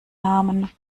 namen